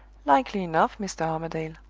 likely enough, mr. armadale.